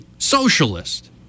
Socialist